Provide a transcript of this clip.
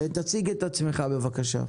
תציג את עצמך בבקשה.